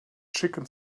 chicken